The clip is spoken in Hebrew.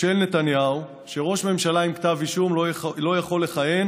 של נתניהו שראש ממשלה עם כתב אישום לא יוכל לכהן